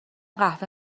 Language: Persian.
قهوه